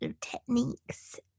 techniques